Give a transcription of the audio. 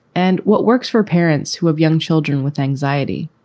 and what works for parents who have young children with anxiety?